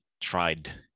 tried